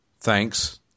thanks